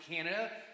Canada